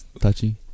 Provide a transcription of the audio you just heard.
Touchy